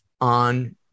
on